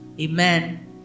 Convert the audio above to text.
Amen